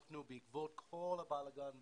אנחנו, בעקבות כול הבלגן בעולם,